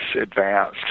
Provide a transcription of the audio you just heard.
advanced